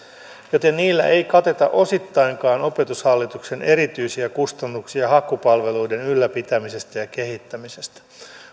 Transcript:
joten niillä ei kateta osittainkaan opetushallituksen erityisiä kustannuksia hakupalveluiden ylläpitämisestä ja kehittämisestä